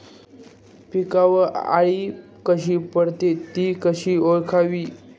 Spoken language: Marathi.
पिकावर अळी कधी पडते, ति कशी ओळखावी?